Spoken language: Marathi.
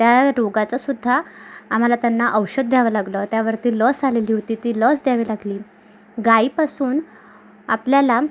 त्या रोगाचा सुद्धा आम्हाला त्यांना औषध दयावं लागलं त्यावरती लस आलेली होती ती लस दयावी लागली गायीपासून आपल्याला